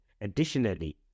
Additionally